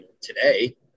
today